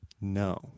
No